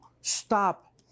stop